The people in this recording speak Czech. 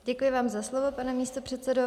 Děkuji vám za slovo, pane místopředsedo.